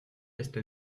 laissent